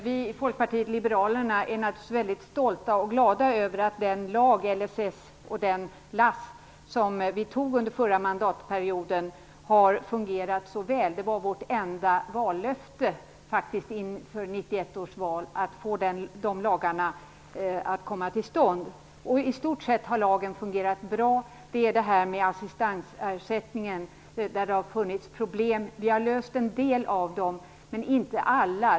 Fru talman! Klockan är mycket, varför jag avser att hålla mitt anförande i telegramform. Vi i Folkpartiet liberalerna är naturligtvis mycket stolta och glada över att LSS/LASS som vi fattade beslut om under förra mandatperioden har fungerat så väl. Det var faktiskt vårt enda vallöfte inför 1991 års val att stifta dessa lagar. I stort sett har lagstiftningen fungerat bra. Det har funnits en del problem när det gäller assistansersättningen. Vi har löst en del av dem men inte alla.